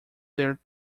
their